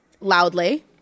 loudly